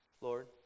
Lord